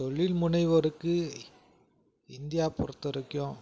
தொழில் முனைவருக்கு இந்தியா பொறுத்த வரைக்கும்